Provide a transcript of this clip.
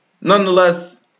nonetheless